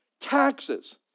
taxes